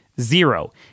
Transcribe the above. zero